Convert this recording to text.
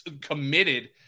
committed